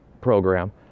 program